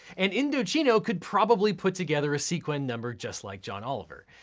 and indochino could probably put together a sequin number just like john oliver.